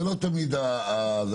לא תמיד זה מדויק.